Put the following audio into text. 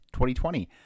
2020